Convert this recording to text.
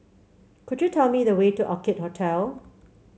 could you tell me the way to Orchid Hotel